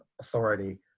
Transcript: authority